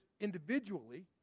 individually